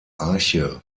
arche